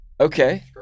okay